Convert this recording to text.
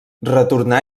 retornà